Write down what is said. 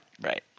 Right